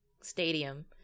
stadium